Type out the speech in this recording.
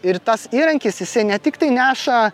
ir tas įrankis jisai ne tiktai neša